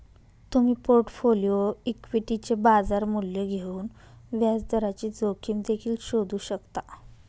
तुम्ही पोर्टफोलिओ इक्विटीचे बाजार मूल्य घेऊन व्याजदराची जोखीम देखील शोधू शकता